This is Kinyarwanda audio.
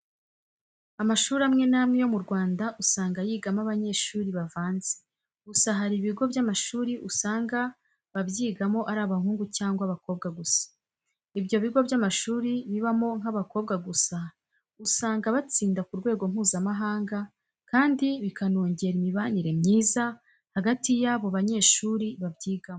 Amashuri amwe n'amwe yo mu Rwanda usanga yigamo abanyeshuri bavanze, gusa hari ibigo by'amashuri usanga ababyigamo ari abahungu cyangwa abakobwa gusa. Ibyo bigo by'amashuri bibamo nk'abakobwa gusa usanga batsinda ku rwego Mpuzamahanga kandi bikanongera imibanire myiza hagati y'abo banyeshuri babyigamo.